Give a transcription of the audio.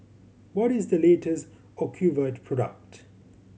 what is the latest Ocuvite product